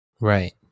Right